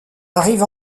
arrive